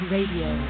Radio